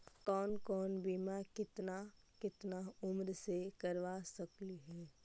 कौन कौन बिमा केतना केतना उम्र मे करबा सकली हे?